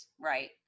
right